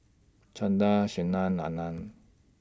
Chanda Sanal Anand